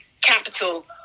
capital